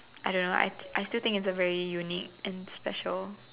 I don't know I I still think it's a very unique and special